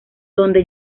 donde